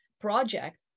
project